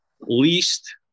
least